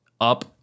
up